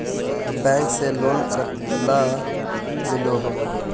Bank से loan कतला मिलोहो?